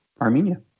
Armenia